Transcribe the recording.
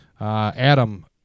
Adam